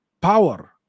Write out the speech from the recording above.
power